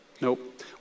nope